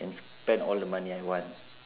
spend all the money I want